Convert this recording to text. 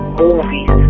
movies